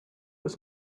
was